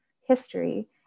history